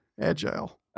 agile